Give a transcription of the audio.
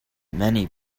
many